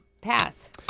Pass